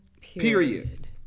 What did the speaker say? period